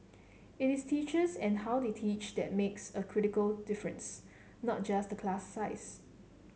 it is teachers and how they teach that makes a critical difference not just the class size